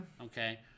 Okay